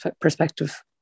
perspective